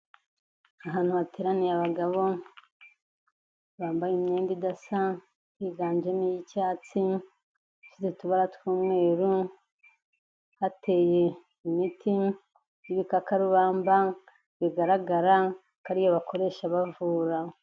Ahantu hateraniye abagabo, bambaye imyenda idasa, higanjemo iy'icyatsi, ifite utubara tw'umweru, hateye imiti, y'ibikakarubamba, bigaragara ko ariyo bakoresha bavura.